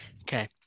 Okay